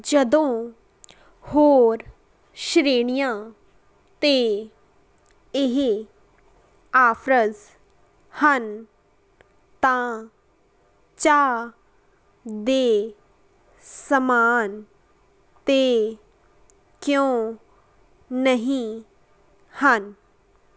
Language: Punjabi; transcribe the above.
ਜਦੋਂ ਹੋਰ ਸ਼੍ਰੇਣੀਆਂ 'ਤੇ ਇਹ ਆਫ਼ਰਜ਼ ਹਨ ਤਾਂ ਚਾਹ ਦੇ ਸਮਾਨ 'ਤੇ ਕਿਉਂ ਨਹੀਂ ਹਨ